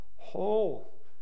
Whole